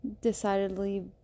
decidedly